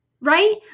right